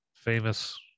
Famous